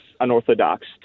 unorthodox